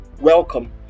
welcome